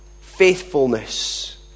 faithfulness